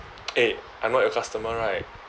eh I'm not your customer right